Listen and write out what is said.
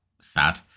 sad